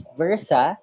versa